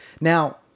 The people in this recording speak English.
Now